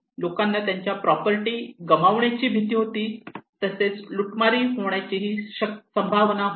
लोकांना त्यांच्या प्रॉपर्टी गमावण्याची भीती होती तसेच लुटमारी होण्याची संभावना होते